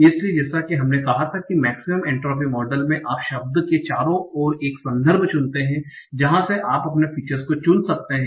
इसलिए जैसा कि हमने कहा था कि मेक्सिमम एन्ट्रापी मॉडल में आप शब्द के चारों ओर एक संदर्भ चुनते हैं जहाँ से आप अपनी फीचर्स को चुन सकते हैं